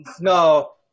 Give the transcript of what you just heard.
no